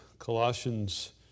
Colossians